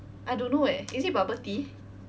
I don't know eh is it bubble tea